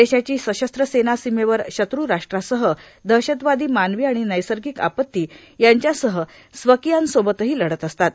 देशाची सशस्त्र सेना सिमेवर शत्रूराष्ट्रासह दहशतवादी मानवी आणि नैसर्गिक आपत्ती यांच्यासह स्वकियांसोबतही लढत असतात